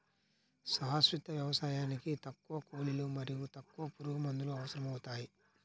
శాశ్వత వ్యవసాయానికి తక్కువ కూలీలు మరియు తక్కువ పురుగుమందులు అవసరమవుతాయి